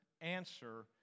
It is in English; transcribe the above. answer